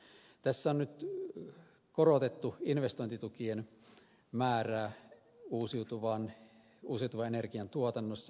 tässä on nyt korotettu investointitukien määrää uusiutuvan energian tuotannossa